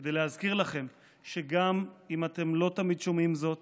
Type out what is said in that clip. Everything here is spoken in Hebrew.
כדי להזכיר לכם שגם אם אתם לא תמיד שומעים זאת